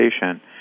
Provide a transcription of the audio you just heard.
patient